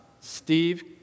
Steve